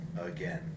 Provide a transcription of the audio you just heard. Again